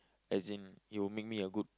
as in he will make me a good